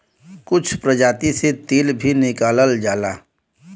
कुछ प्रजाति से तेल भी निकालल जाला